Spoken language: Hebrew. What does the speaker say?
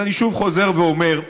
אז אני חוזר ואומר: